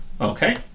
Okay